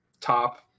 top